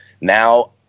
Now